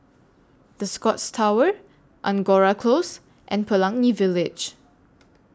The Scotts Tower Angora Close and Pelangi Village